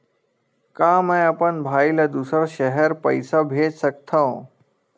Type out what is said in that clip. का मैं अपन भाई ल दुसर शहर पईसा भेज सकथव?